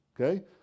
okay